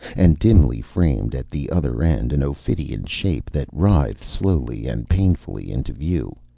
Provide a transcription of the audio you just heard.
and dimly framed at the other end an ophidian shape that writhed slowly and painfully into view,